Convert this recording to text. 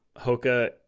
Hoka